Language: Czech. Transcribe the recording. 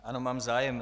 Ano, mám zájem.